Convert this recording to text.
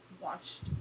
watched